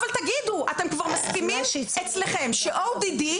אתם מסכימים אצלכם ש-ODD,